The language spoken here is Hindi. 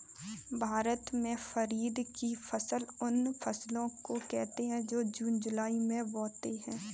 भारत में खरीफ की फसल उन फसलों को कहते है जो जून जुलाई में बोते है